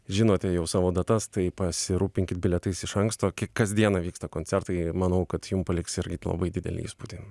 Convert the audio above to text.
žinote jau savo datas tai pasirūpinkit bilietais iš anksto kasdieną vyksta koncertai manau kad jum paliks irgi labai didelį įspūdį